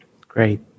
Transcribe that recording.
Great